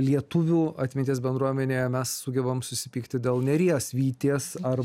lietuvių atminties bendruomenėje mes sugebam susipykti dėl nėries vyties ar